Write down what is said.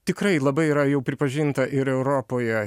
tikrai labai yra jau pripažinta ir europoje